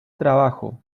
trabajo